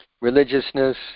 religiousness